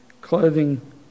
clothing